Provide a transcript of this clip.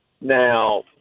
Now